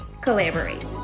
collaborate